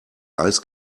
eis